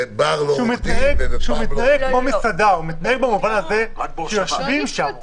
מתנהג כמו מסעדה או מתנהג במובן הזה שיושבים שם,